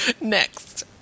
Next